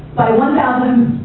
by one thousand